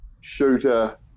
shooter